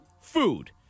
food